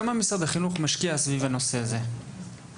כמה משרד החינוך משקיע סביב הנושא הזה בשנה?